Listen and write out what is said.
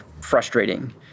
frustrating